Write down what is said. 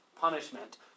punishment